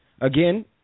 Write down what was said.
Again